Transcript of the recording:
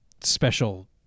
special